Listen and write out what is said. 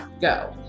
go